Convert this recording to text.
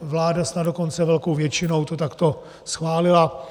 Vláda snad dokonce velkou většinou to takto schválila.